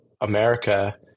America